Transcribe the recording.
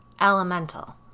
Elemental